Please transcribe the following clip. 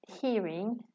hearing